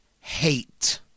hate